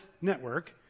network